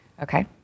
Okay